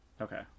Okay